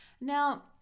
Now